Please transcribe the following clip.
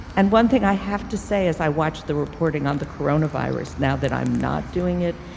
and one thing i have to say as i watch the reporting on the corona virus, now that i'm not doing it,